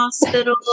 Hospital